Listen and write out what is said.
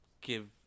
give